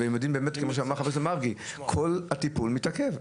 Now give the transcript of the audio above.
וכמו שאמר חבר הכנסת מרגי כל הטיפול מתעכב.